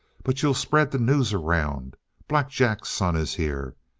but you'll spread the news around black jack's son is here!